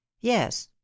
Yes